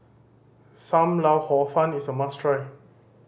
Sam Lau Hor Fun is a must try